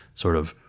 sort of,